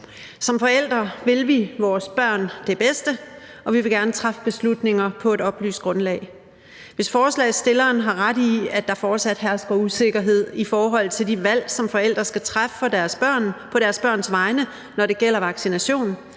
Som forældre vil vi vores børn det bedste, og vi vil gerne træffe beslutninger på et oplyst grundlag. Hvis forslagsstillerne har ret i, at der fortsat hersker usikkerhed i forhold til de valg, som forældre skal træffe på deres børns vegne, når det gælder vaccination,